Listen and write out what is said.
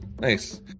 nice